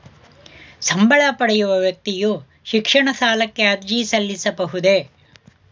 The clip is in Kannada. ಸಂಬಳ ಪಡೆಯುವ ವ್ಯಕ್ತಿಯು ಶಿಕ್ಷಣ ಸಾಲಕ್ಕೆ ಅರ್ಜಿ ಸಲ್ಲಿಸಬಹುದೇ?